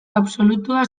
absolutua